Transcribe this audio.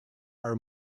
are